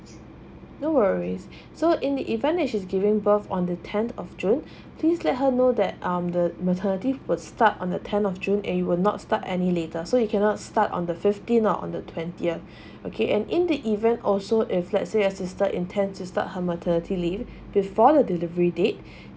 no worries so in the event that she's giving birth on the tenth of june please let her know that um the maternity will start on the tenth of june and you will not start any later so you cannot start on the fifteen or on the twentieth okay and in the event also if let's say your sister intend to start her maternity leave before the delivery date